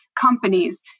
companies